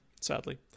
sadly